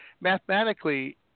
mathematically